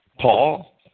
Paul